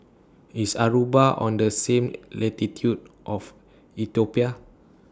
IS Aruba on The same latitude of Ethiopia